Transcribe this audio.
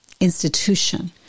institution